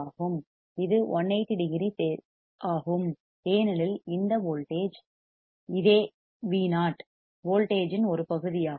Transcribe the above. இது 180 degree phase ஆகும் ஏனெனில் இதே வோல்டேஜ் இது Vo வோல்டேஜ் இன் ஒரு பகுதியாகும்